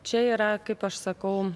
čia yra kaip aš sakau